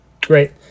great